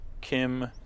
Kim